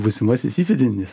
būsimasis įpėdinis